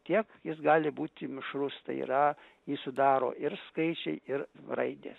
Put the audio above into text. kiek jis gali būti mišrus tai yra jį sudaro ir skaičiai ir raidės